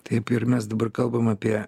taip ir mes dabar kalbam apie